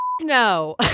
no